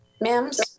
Mims